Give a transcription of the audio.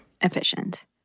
Efficient